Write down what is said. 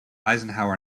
eisenhower